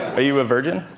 are you a virgin?